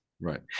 Right